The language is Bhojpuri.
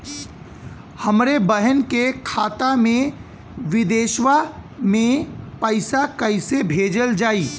हमरे बहन के खाता मे विदेशवा मे पैसा कई से भेजल जाई?